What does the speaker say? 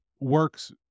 works